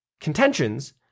contentions